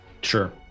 Sure